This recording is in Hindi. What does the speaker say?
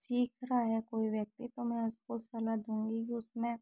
सीख रहा है कोई व्यक्ति तो मैं उसको सलाह दूँगी कि उसमें